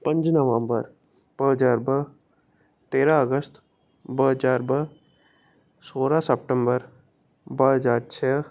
पंज नवंबर ॿ हज़ार ॿ तेरहं अगस्त ॿ हज़ार ॿ सोरहं सेप्टेंबर ॿ हज़ार छह